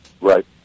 Right